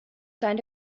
zijn